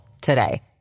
today